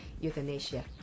euthanasia